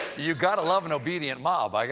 you gotta love an obedient mob. like